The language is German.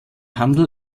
handel